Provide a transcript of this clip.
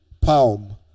Palm